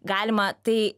galima tai